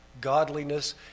godliness